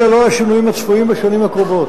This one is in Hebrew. אלה לא השינויים הצפויים בשנים הקרובות.